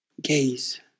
Gaze